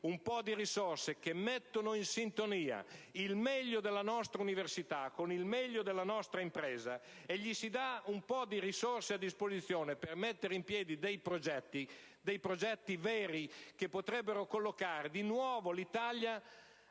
un po' di risorse, metterebbe in sintonia il meglio della nostra università con il meglio della nostra impresa e darebbe loro un po' di risorse a disposizione in modo da mettere in piedi progetti veri che potrebbero collocare di nuovo l'Italia